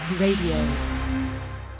Radio